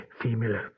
female